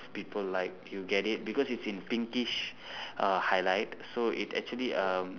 people like you get it because it's in pinkish uh highlight so it actually um